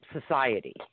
society